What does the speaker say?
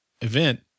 event